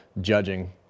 judging